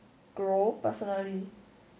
grow personally